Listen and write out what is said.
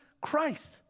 Christ